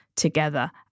together